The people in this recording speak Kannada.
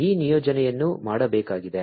ಈ ನಿಯೋಜನೆಯನ್ನು ಮಾಡಬೇಕಾಗಿದೆ